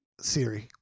Siri